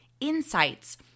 insights